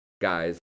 guys